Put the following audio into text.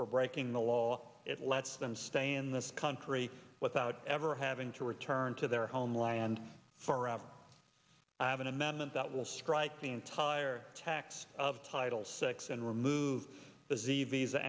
for breaking the law it lets them stay in this country without ever having to return to their homeland forever i have an amendment that will strike the entire text of title six and remove the z visa